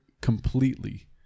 completely